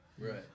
Right